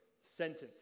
sentence